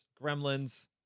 Gremlins